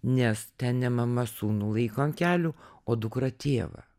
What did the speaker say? nes ten ne mama sūnų laiko ant kelių o dukra tėvą